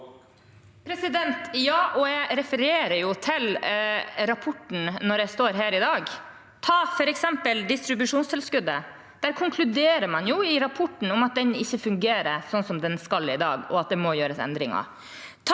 Ja, og jeg refere- rer jo til rapporten når jeg står her i dag. Ta f.eks. distribusjonstilskuddet: Der konkluderer man i rapporten med at det ikke fungerer slik det skal i dag, og at det må gjøres endringer.